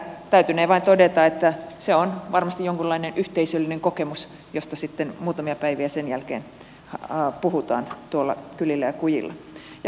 täytynee vain todeta että se on varmasti jonkunlainen yhteisöllinen kokemus josta sitten muutamia päiviä sen jälkeen puhutaan tuolla kylillä ja kujilla